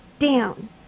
down